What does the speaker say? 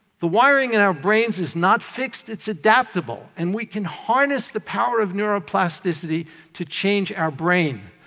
the wiring in our brains is not fixed it's adaptable. and we can harness the power of neuroplasticity to change our brain.